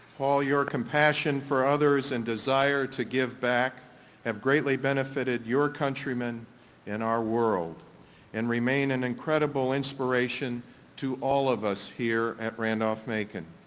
paul your compassion for others and desire to give back have greatly benefited your countrymen and our world and remain an incredible inspiration to all of us here at randolph-macon.